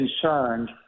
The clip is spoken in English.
concerned